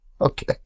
okay